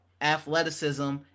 athleticism